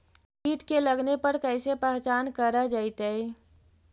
कीट के लगने पर कैसे पहचान कर जयतय?